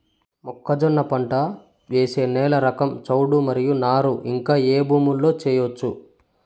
మొక్కజొన్న పంట వేసే నేల రకం చౌడు మరియు నారు ఇంకా ఏ భూముల్లో చేయొచ్చు?